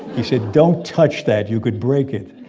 he said don't touch that. you could break it